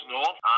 North